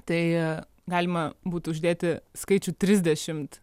tai galima būtų uždėti skaičių trisdešimt